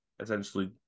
essentially